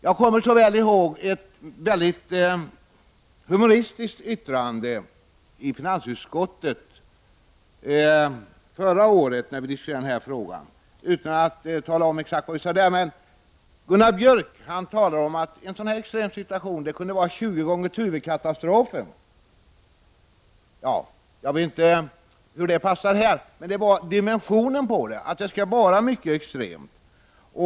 Jag kommer så väl ihåg ett mycket humoristiskt yttrande i finansutskottet förra året, när vi diskuterade den här frågan. Gunnar Björk talade om att en sådan här extrem situation kunde vara detsamma som 20 gånger Tuvekatastrofen. Jag vet inte hur det passar in här, men händelsens dimension var mycket extrem.